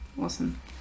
awesome